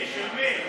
של מי?